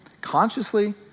consciously